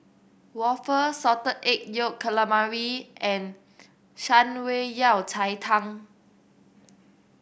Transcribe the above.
waffle Salted Egg Yolk Calamari and Shan Rui Yao Cai Tang